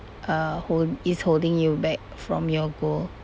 uh hol~ holding you back from your goal